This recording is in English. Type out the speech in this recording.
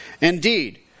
Indeed